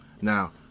Now